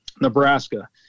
Nebraska